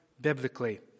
biblically